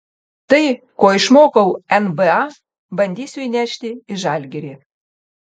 tai ko išmokau nba bandysiu įnešti į žalgirį